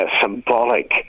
symbolic